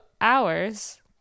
hours